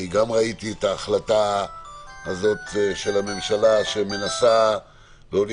אני גם ראיתי את ההחלטה הזאת של הממשלה שמנסה להוביל